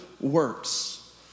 works